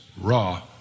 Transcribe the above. raw